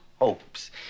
hopes